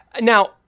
Now